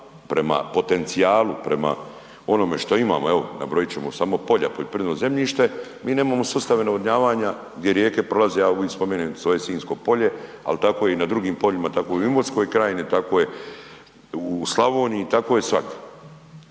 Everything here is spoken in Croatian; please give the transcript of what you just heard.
prema potencijalu, prema onome što imamo, evo, nabrojat ćemo samo polja, poljoprivredno zemljište, mi nemamo sustave navodnjavanja gdje rijeke prolaze, ja uvijek spomenem svoje Sinjsko polje, ali tako i na drugim poljima, tako i u Imotskoj krajini, tako je u Slavoniji, tako je svagdje.